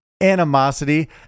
animosity